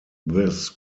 this